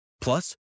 Plus